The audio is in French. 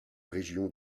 région